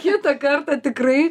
kitą kartą tikrai